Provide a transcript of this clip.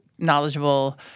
knowledgeable